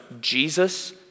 Jesus